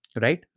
Right